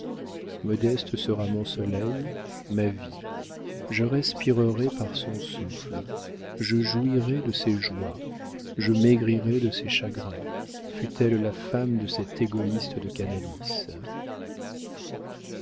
modeste sera mon soleil ma vie je respirerai par son souffle je jouirai de ses joies je maigrirai de ses chagrins fût-elle la femme de cet égoïste de canalis